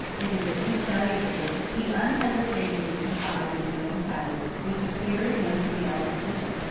it is at least salutary he unhesitatingly confides in his own powers, which appear to him to be all-sufficient.